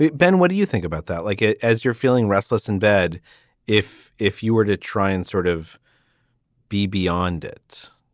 ben, what do you think about that? like it as you're feeling restless in bed if if you were to try and sort of be beyond it.